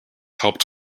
helped